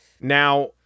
now